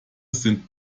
sind